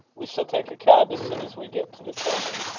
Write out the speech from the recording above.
we shall take a cab as soon as we get to the corner.